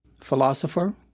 philosopher